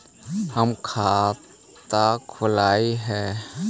हम खाता खोलैलिये हे?